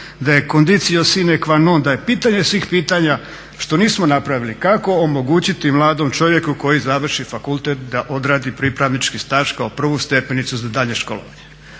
da je condicio sine qua non da je pitanje svih pitanja što nismo napravili kako omogućiti mladom čovjeku koji završi fakultet da odradi pripravnički staž kao prvu stepenicu za daljnje školovanje.